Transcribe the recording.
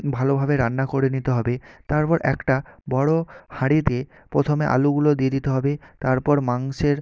ভালোভাবে রান্না করে নিতে হবে তারপর একটা বড়ো হাঁড়িতে প্রথমে আলুগুলো দিয়ে দিতে হবে তারপর মাংসের